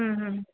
ಹ್ಞೂ ಹ್ಞೂ